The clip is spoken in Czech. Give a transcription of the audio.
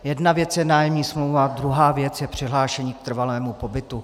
Jedna věc je nájemní smlouva a druhá věc je přihlášení k trvalému pobytu.